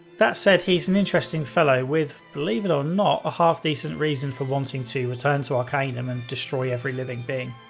that said, he's an interesting fellow with, believe it or not, a half decent reason for wanting to return to arcanum and destroy every living being.